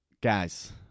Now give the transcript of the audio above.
guys